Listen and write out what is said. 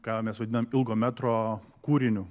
ką mes vadinam ilgo metro kūriniu